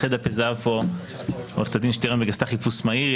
ואחרי דפי זהב עורכת הדין שטרנברג עשתה פה חיפוש מהיר,